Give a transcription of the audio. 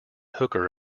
hooker